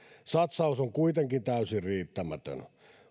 satsaus on kuitenkin täysin riittämätön